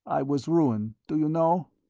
i was ruined. do you know?